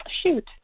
Shoot